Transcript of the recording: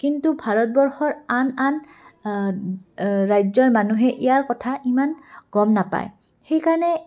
কিন্তু ভাৰতবৰ্ষৰ আন আন ৰাজ্যৰ মানুহে ইয়াৰ কথা ইমান গম নাপায় সেইকাৰণে